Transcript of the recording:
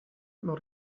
non